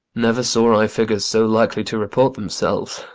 never saw i figures so likely to report themselves.